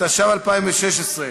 התשע"ו 2016,